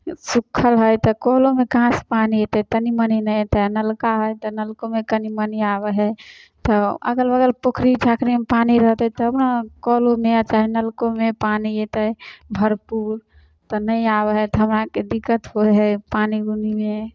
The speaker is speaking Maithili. सुखल है तऽ कलोमे कहाँ से पानी अयतै तनी मनी नहि अयतै नलका है तऽ नलकोमे कनी मनी आबै है तऽ अगल बगल पोखरि झाँखरिमे पानी रहतै तब ने कलोमे चाहे नलकोमे पानी अयतै भरपूर तऽ नहि आबै है तऽ हमरा आरके दिक्कत होइ है पानि गुनीमे